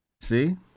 See